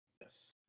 Yes